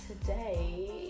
today